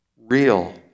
real